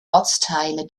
ortsteile